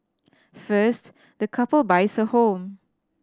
first the couple buys a home